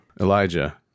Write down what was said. Elijah